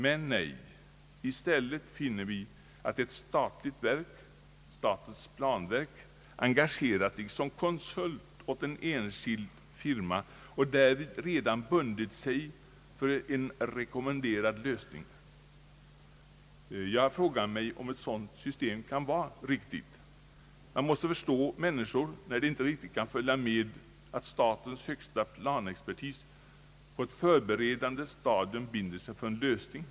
Men nej, i stället finner vi att ett statligt verk — statens planverk — engagerat sig som konsult åt en enskild firma och därvid redan bundit sig för en rekommenderad lösning. Kan ett sådant system vara riktigt? Man måste förstå människor när de inte riktigt kan följa med då statens högsta planexpertis på ett förberedande stadium binder sig för en lösning.